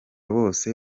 bose